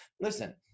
Listen